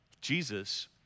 Jesus